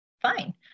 fine